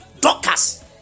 doctors